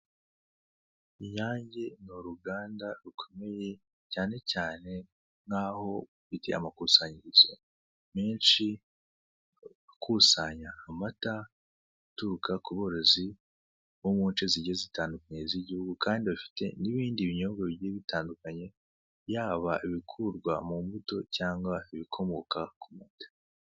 Inyange ni uruganda rukomeye cyane cyane nkaho ifitiye amakusanyirizo menshi akusanya amata, aturuka ku borozi bo munce zigiye zitandukanye z'igihugu. Kandi bafite n'ibindi binyobwa bigiye bitandukanye, yaba ibikurwa ku mbuto cyangwa ibikomoka ku mata.